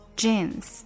jeans